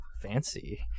Fancy